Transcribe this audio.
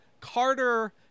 carter